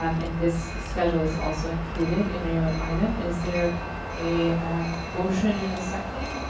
um and this schedule is also included in your item. is there a motion and a second?